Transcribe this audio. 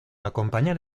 acompañar